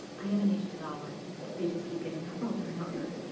i haven't aged at all, but they just keep getting older and older.